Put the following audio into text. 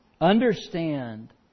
understand